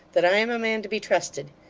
that i am a man to be trusted.